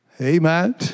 Amen